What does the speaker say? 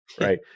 right